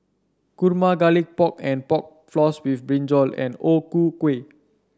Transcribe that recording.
kurma Garlic Pork and Pork Floss with brinjal and O Ku Kueh